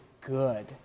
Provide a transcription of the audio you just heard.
good